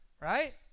right